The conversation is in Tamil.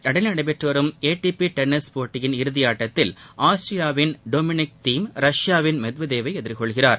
லண்டனில் நடைபெற்று வரும் ஏடிபி டென்னிஸ் போட்டியின் இறுதியாட்டத்தில் ஆஸ்திரியாவின் டொமினிக் தீம் ரஷ்பாவின் மெத்வதேவை எதிர்கொள்கிறார்